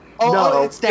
No